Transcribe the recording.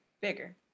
Bigger